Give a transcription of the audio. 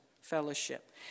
fellowship